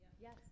Yes